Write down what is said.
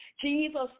Jesus